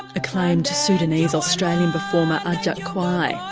acclaimed sudanese-australian performer, ajak kwai,